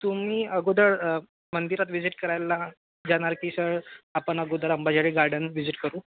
तुम्ही अगोदर मंदिरात व्हीजिट करायला जाणार की सर आपण अगोदर अंबाझरी गार्डन व्हीजिट करू